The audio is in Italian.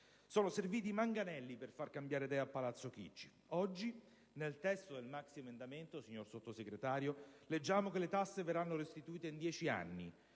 Sono serviti i manganelli per far cambiare idea a Palazzo Chigi: oggi, nel testo del maxiemendamento, signor Sottosegretario, leggiamo che le tasse verranno restituite in 10 anni